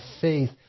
faith